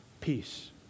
Peace